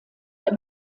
der